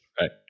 Right